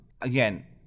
Again